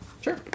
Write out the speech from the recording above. Sure